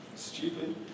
Stupid